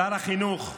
שר החינוך,